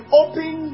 open